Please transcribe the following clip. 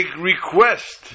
request